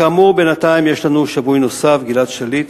כאמור, בינתיים יש לנו שבוי נוסף, גלעד שליט.